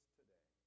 today